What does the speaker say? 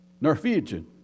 Norwegian